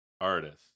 Artist